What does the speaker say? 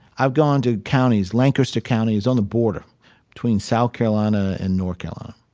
i've gone to counties, lancaster county, it's on the border between south carolina and north carolina.